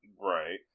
Right